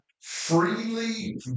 freely